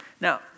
Now